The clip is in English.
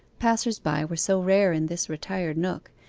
passers-by were so rare in this retired nook,